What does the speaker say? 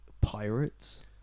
pirates